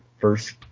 first